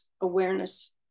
awareness